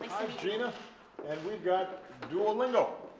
and and we've got duolingo.